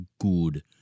good